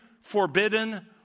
forbidden